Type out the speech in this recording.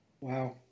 Wow